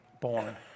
born